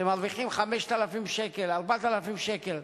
שמרוויחים 5,000 שקל, 4,000 שקל.